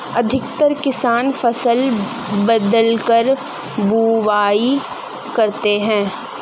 अधिकतर किसान फसल बदलकर बुवाई करते है